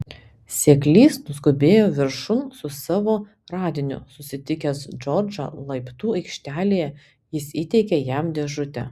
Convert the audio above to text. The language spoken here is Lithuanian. seklys nuskubėjo viršun su savo radiniu susitikęs džordžą laiptų aikštelėje jis įteikė jam dėžutę